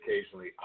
occasionally